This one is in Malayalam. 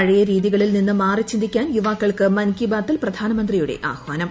പഴയ രീതികളിൽ നിന്ന് മാറി ചിന്തിക്കാൻ യുവാക്കൾക്ക് മൻ കി ബാത്തിൽ പ്രധാനമന്ത്രിയുടെ ആഹ്യാനം